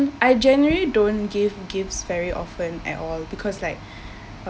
I generally don't give gifts very often at all because like